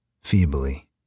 feebly